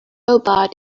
robot